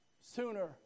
sooner